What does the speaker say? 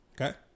Okay